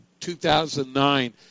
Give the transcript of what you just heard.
2009